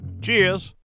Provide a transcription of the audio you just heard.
Cheers